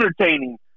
entertaining